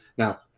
Now